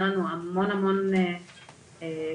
עובדים בתוך התוכנית,